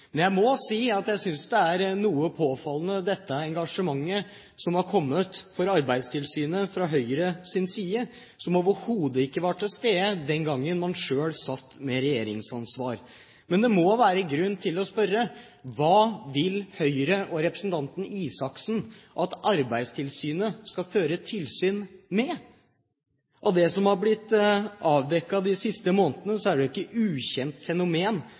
Men jeg må si at jeg synes det er noe påfallende, dette engasjementet for Arbeidstilsynet som har kommet fra Høyres side, og som overhodet ikke var til stede den gang man selv satt med regjeringsansvar. Men det må være grunn til å spørre: Hva vil Høyre og representanten Røe Isaksen at Arbeidstilsynet skal føre tilsyn med? Når det gjelder det som er blitt avdekket de siste månedene, er det ikke et ukjent fenomen